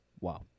Wow